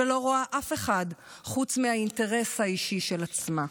שלא רואה אף אחד חוץ מהאינטרס האישי של עצמה,